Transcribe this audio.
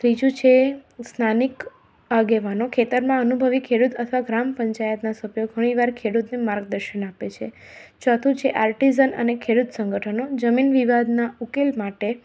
ત્રીજું છે સ્થાનિક આગેવાનો ખેતરમાં અનુભવી ખેડૂત અથવા તો ગ્રામ પંચાયતનાં સભ્યો ઘણી વાર ખેડૂતને માર્ગદર્શન આપે છે ચોથું છે આર્ટીઝન અને ખેડૂત સંગઠનો જમીન વિવાદનાં ઉકેલ માટે